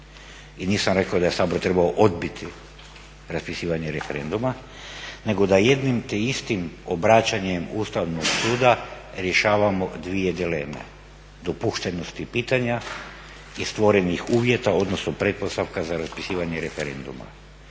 I nisam rekao da je Sabor trebao odbiti raspisivanje referenduma nego da jednim te istim obraćanjem Ustavnog suda rješavamo dvije dileme dopuštenosti pitanja i stvorenih uvjeta odnosno pretpostavka za raspisivanje referenduma.